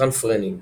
מבחן פרנינג